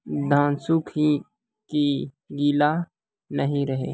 धान सुख ही है की गीला नहीं रहे?